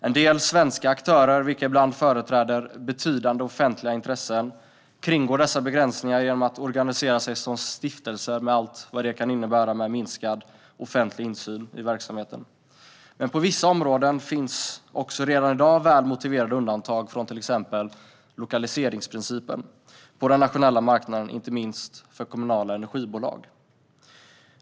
En del svenska aktörer, vilka ibland företräder betydande offentliga intressen, kringgår dessa begränsningar genom att organisera sig som stiftelser med allt vad det kan innebära i form av minskad offentlig insyn i verksamheten. Men på vissa områden finns redan i dag väl motiverade undantag från till exempel lokaliseringsprincipen på den nationella marknaden, inte minst för kommunala energibolag.